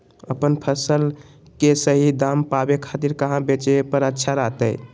अपन फसल के सही दाम पावे खातिर कहां बेचे पर अच्छा रहतय?